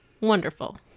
Wonderful